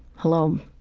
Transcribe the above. hello,